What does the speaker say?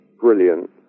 brilliant